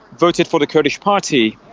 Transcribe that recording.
voted for the kurdish party,